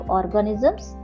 organisms